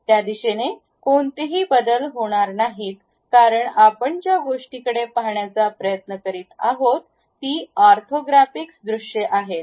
त्या दिशेने कोणतेही बदल होणार नाहीत कारण आपण ज्या गोष्टींकडे पाहण्याचा प्रयत्न करीत आहोत ती ऑर्थोग्राफिक दृश्ये आहेत